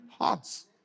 hearts